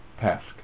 task